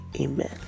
amen